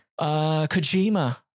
Kojima